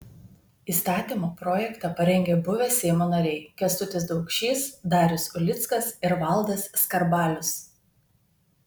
įstatymo projektą parengė buvę seimo nariai kęstutis daukšys darius ulickas ir valdas skarbalius